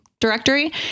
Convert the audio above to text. directory